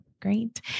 Great